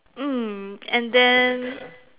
mm and then